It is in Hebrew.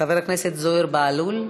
חבר הכנסת זוהיר בהלול,